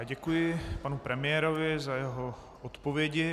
Děkuji panu premiérovi za jeho odpovědi.